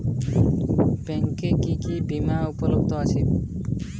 ব্যাংকে কি কি বিমা উপলব্ধ আছে?